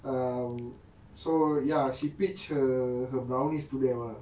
um so ya she pitch her brownies to them ah